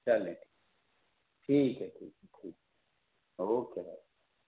چلیں ٹھیک ٹھیک ہے ٹھیک ہے ٹھیک اوکے بائے